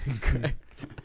Correct